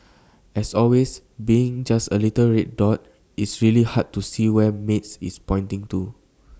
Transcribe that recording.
as always being just the little red dot it's really hard to see where maid is pointing to